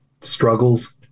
struggles